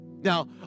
Now